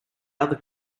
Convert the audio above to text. other